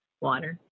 water